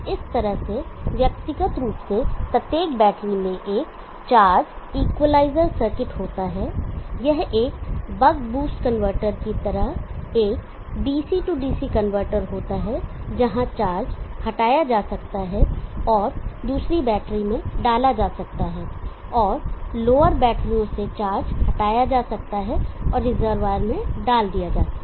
तो इस तरह से व्यक्तिगत रूप से प्रत्येक बैटरी में एक चार्ज इक्विलाइजर सर्किट होता है यह एक बक बूस्ट कन्वर्टर की तरह एक DC DC कनवर्टर होता है जहां चार्ज हटाया जा सकता है और दूसरी बैटरी में डाला जा सकता है और लोवर बैटरीओं से चार्ज हटाया जा सकता है और रिजर्वॉयर में डाल दिया जाता है